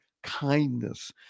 Kindness